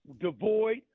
devoid